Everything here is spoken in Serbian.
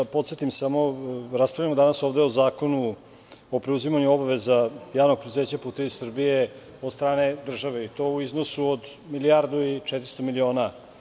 Da podsetim samo, raspravljamo ovde danas o Zakonu o preuzimanju obaveza Javnog preduzeća "Putevi Srbije" od strane države i to u iznosu od milijardu i 400 miliona.